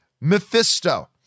Mephisto